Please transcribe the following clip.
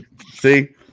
See